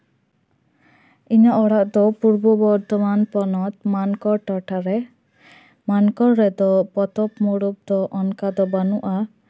ᱤᱧᱟᱹᱜ ᱚᱲᱟᱜ ᱫᱚ ᱯᱩᱨᱵᱚ ᱵᱚᱨᱫᱷᱚᱢᱟᱱ ᱯᱚᱱᱚᱛ ᱢᱟᱱᱠᱚᱲ ᱴᱚᱴᱷᱟ ᱨᱮ ᱢᱟᱱᱠᱚᱲ ᱨᱮᱫᱚ ᱯᱚᱛᱚᱵ ᱢᱩᱨᱟᱹᱭ ᱫᱚ ᱚᱱᱠᱟ ᱫᱚ ᱵᱟᱹᱱᱩᱜᱼᱟ